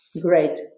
Great